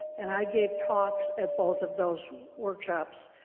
and i gave talks at both of those workshops.